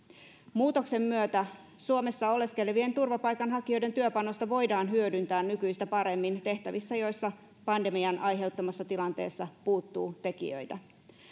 muutoksen myötä suomessa oleskelevien turvapaikanhakijoiden työpanosta voidaan hyödyntää nykyistä paremmin tehtävissä joissa pandemian aiheuttamassa tilanteessa puuttuu tekijöitä